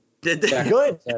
Good